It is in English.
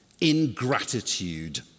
ingratitude